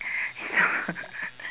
you know